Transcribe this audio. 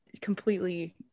completely